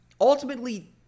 Ultimately